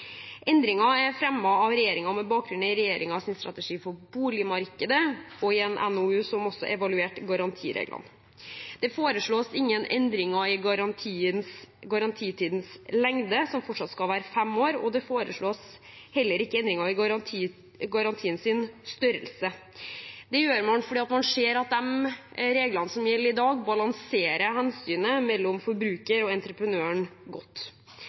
av regjeringen med bakgrunn i regjeringens strategi for boligmarkedet og en NOU som også evaluerte garantireglene. Det foreslås ingen endringer i garantitidens lengde, som fortsatt skal være fem år, og det foreslås heller ikke endringer i garantiens størrelse. Dette gjør man fordi man ser at de reglene som gjelder i dag, balanserer hensynet mellom forbrukeren og entreprenøren godt.